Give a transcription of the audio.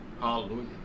Hallelujah